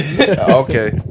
Okay